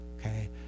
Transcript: okay